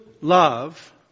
love